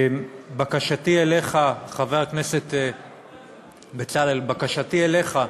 בקשתי אליך, חבר הכנסת בצלאל, בקשתי אליך היא,